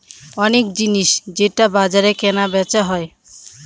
অনেক জিনিস যেটা বাজারে কেনা বেচা হয়